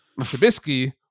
Trubisky